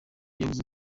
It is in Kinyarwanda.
yavuze